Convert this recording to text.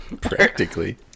Practically